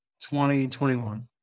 2021